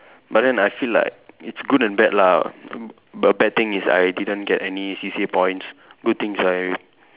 but then I feel like it's good and bad lah b~ bad thing is I didn't get any C_C_A points good thing is I